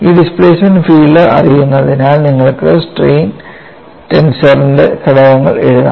ഈ displacement field അറിയുന്നതിനാൽ നിങ്ങൾക്ക് സ്ട്രെയിൻ ടെൻസറിന്റെ ഘടകങ്ങൾ എഴുതാം